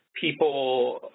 people